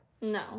No